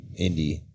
indie